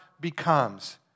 becomes